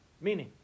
Meaning